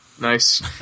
Nice